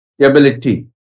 ability